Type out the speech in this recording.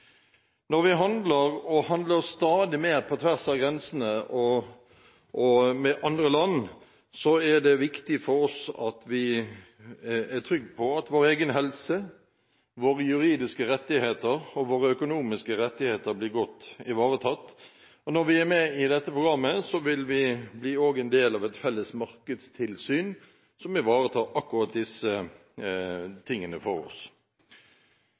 Når vi handler, og stadig mer på tvers av grensene og med andre land, er det viktig for oss at vi er trygge på at vår egen helse og våre juridiske og økonomiske rettigheter blir godt ivaretatt. Når vi er med i dette programmet, vil vi også bli en del av et felles markedstilsyn som ivaretar akkurat disse tingene for oss.